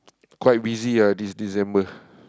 quite busy ah this December